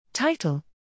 Title